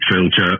filter